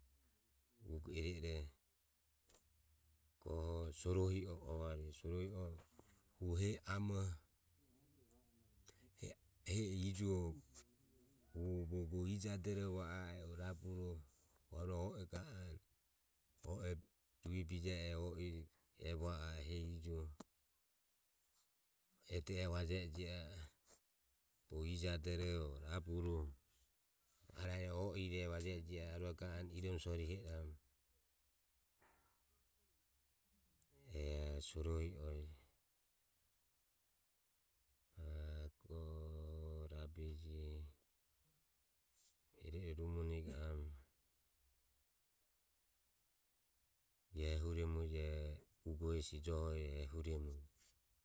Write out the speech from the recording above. Ugo iroiroho. Goho sorohi o ua varueje. sorohi o hu hehi amoho hehi ijuoho hu bogo ijo adoroho o raburoho arua o e ga a e. rube bije e eto e vaje e jio a e bogo ijo adoroho arua o ire ga anue iromo soriho iramu eho sorohi uava rueje iro iroho rumonege ae ehuremu e sorohi o hesi joho.